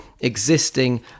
existing